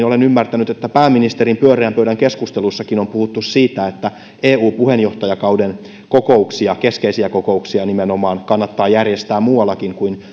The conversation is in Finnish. olen ymmärtänyt että pääministerin pyöreän pöydän keskusteluissakin on puhuttu siitä että eu puheenjohtajakauden kokouksia keskeisiä kokouksia nimenomaan kannattaa järjestää muuallakin kuin